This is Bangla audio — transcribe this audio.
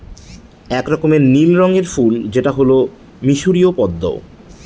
এক রকমের নীল রঙের ফুল যেটা হল মিসরীয় পদ্মা